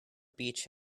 beach